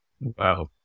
Wow